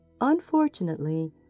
Unfortunately